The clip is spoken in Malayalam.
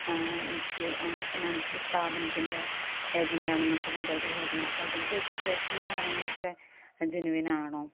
ഇൻസ്റ്റൂ ഫിനാൻഷ്യൽ സ്ഥാപനത്തിൻ്റെ ഏജന്റ് ആണെന്നൊക്കെ പറഞ്ഞിട്ടായിരിക്കും അവർ വിളിക്കുന്നത് അപ്പം ഇതിൻ്റെ രജിസ്ട്രേഷനും കാര്യങ്ങളൊക്കെ ജെന്യൂയിൻ ആണോ